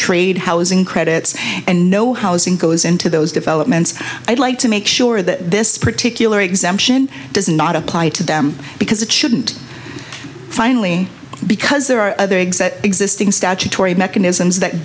trade housing credits and no housing goes into those developments i'd like to make sure that this particular exemption does not apply to them because it shouldn't finally because there are other exit existing statutory mechanisms that